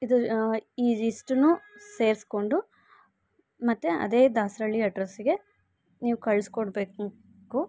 ಇದು ಇದಿಷ್ಟನ್ನು ಸೇರಿಸ್ಕೊಂಡು ಮತ್ತು ಅದೇ ದಾಸರಳ್ಳಿ ಅಡ್ರಸ್ಗೆ ನೀವು ಕಳ್ಸ್ಕೊಡ್ಬೇಕು ಕು